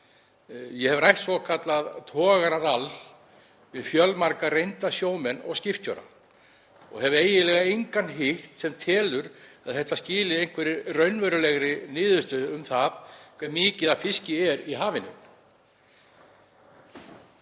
Ég hef rætt svokallað togararall við fjölmarga reynda sjómenn og skipstjóra og hef eiginlega engan hitt sem telur að þetta skili einhverri raunverulegri niðurstöðu um það hve mikið er af fiski í hafinu